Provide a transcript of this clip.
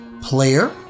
player